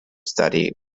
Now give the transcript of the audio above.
study